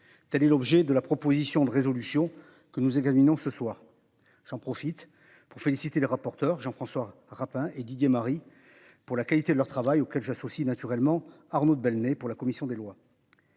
Telle est l'objet de la proposition de résolution que nous examinons ce soir j'en profite pour féliciter le rapporteur Jean-François Rapin et Didier Marie pour la qualité de leur travail auxquels j'associe naturellement Arnaud de Belenet pour la commission des lois.